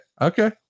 Okay